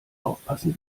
aufpassen